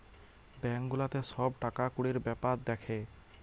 bank গুলাতে সব টাকা কুড়ির বেপার দ্যাখে